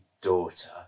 daughter